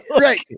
Right